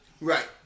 Right